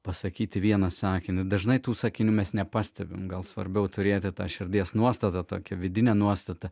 pasakyti vieną sakinį dažnai tų sakinių mes nepastebime gal svarbiau turėti tą širdies nuostata tokia vidinė nuostata